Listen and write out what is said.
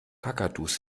kakadus